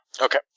Okay